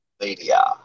Media